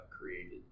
created